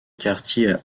quartiers